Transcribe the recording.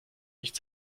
nicht